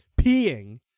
Peeing